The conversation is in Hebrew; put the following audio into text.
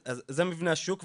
אז זה מבנה השוק,